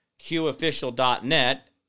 Qofficial.net